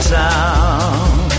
town